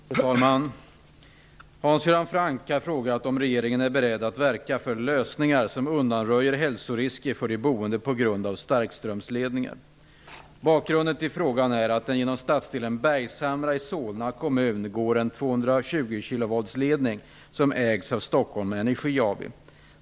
Fru talman! Hans Göran Franck har frågat om regeringen är beredd att verka för lösningar som undanröjer hälsorisker för de boende på grund av starkströmsledningar. Bakgrunden till frågan är att det genom stadsdelen Bergshamra i Solna kommun går en 220 kV-ledning som ägs av Stockholm Energi AB.